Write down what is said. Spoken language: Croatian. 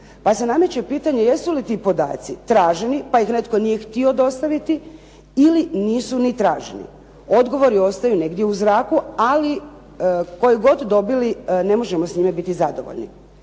pa se nameće pitanje jesu li ti podaci traženi pa ih netko nije htio dostaviti ili nisu ni traženi. Odgovori ostaju negdje u zraku, ali koji god dobili ne možemo s njime biti zadovoljni.